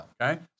Okay